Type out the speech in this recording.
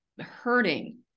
hurting